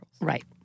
Right